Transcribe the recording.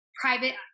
private